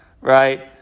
right